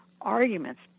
arguments